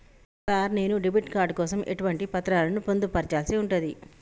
Sir నేను debit card కోసం ఎటువంటి పత్రాలను పొందుపర్చాల్సి ఉంటది?